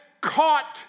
caught